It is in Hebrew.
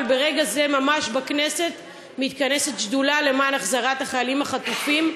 אבל ברגע זה ממש מתכנסת בכנסת שדולה למען החזרת החיילים החטופים,